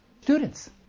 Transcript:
Students